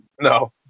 no